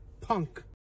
Punk